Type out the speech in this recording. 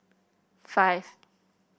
five